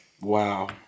Wow